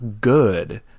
good